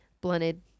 Blunted